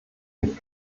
mich